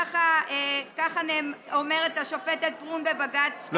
ככה אומרת השופט ברון בבג"ץ,